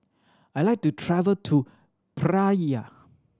I like to travel to Praia